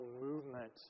movement